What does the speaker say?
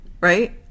Right